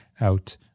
out